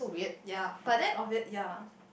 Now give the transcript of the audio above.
ya but then obviou~ ya